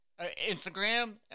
Instagram